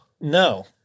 no